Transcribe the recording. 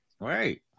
Right